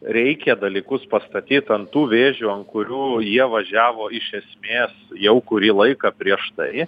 reikia dalykus pastatyt ant tų vėžių ant kurių jie važiavo iš esmės jau kurį laiką prieš tai